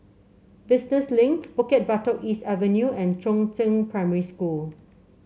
Business Link Bukit Batok East Avenue and Chongzheng Primary School